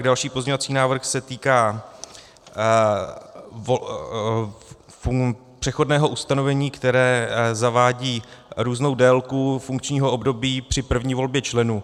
Další pozměňovací návrh se týká přechodného ustanovení, které zavádí různou délku funkčního období při první volbě členů.